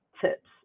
tips